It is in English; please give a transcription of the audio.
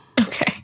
Okay